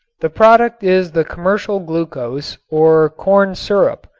the product is the commercial glucose or corn syrup,